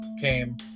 came